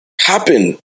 happen